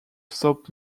soap